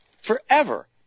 forever